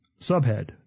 Subhead